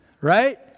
Right